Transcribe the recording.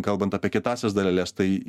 kalbant apie kietąsias daleles tai